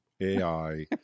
AI